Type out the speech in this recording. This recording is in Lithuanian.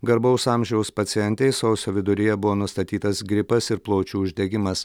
garbaus amžiaus pacientei sausio viduryje buvo nustatytas gripas ir plaučių uždegimas